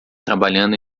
trabalhando